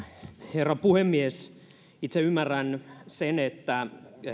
herra puhemies itse ymmärrän sen että